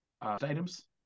items